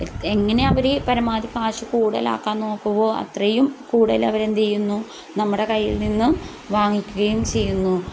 എങ്ങനെ അവർ പരമാവധി കാശ് കൂടുതലാക്കാൻ നോക്കുമ്പോൾ അത്രയും കൂടുതലവരെന്ത് ചെയ്യുന്നു നമ്മുടെ കയ്യിൽ നിന്ന് വാങ്ങിക്കുകയും ചെയ്യുന്നു